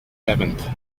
seventh